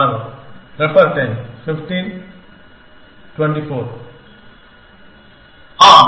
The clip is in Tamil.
மாணவர் Refer Time 1524 ஆம்